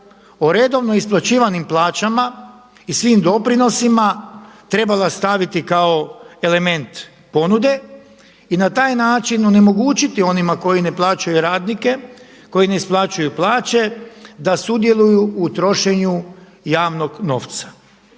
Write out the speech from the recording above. o redovno isplaćivanim plaćama i svim doprinosima trebala staviti kao element ponude i na taj način onemogućiti onima koji ne plaćaju radnike, koji ne isplaćuju plaće da sudjeluju u trošenju javnog novca.